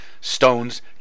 stones